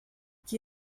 qui